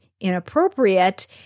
inappropriate